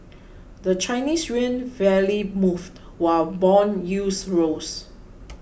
the Chinese yuan barely moved while bond yields rose